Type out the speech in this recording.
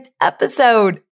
episode